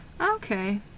Okay